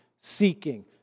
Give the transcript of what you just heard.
seeking